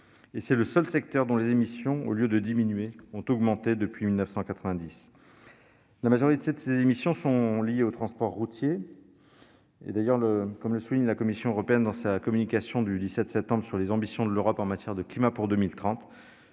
et c'est le seul secteur dont les émissions, au lieu de diminuer, ont augmenté depuis 1990. La majorité de ces émissions sont liées au transport routier. Comme le souligne la Commission européenne dans sa communication du 17 septembre sur les ambitions de l'Europe en matière de climat pour 2030,